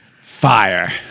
Fire